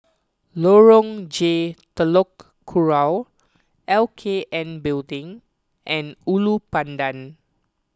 Lorong J Telok Kurau L K N Building and Ulu Pandan